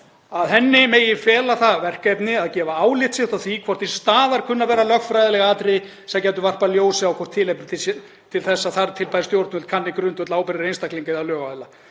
að henni megi fela það verkefni að gefa álit sitt á því hvort til staðar kunni að vera lögfræðileg atriði sem gætu varpað ljósi á hvort tilefni sé til þess að þar til bær stjórnvöld kanni grundvöll ábyrgðar einstaklinga eða lögaðila.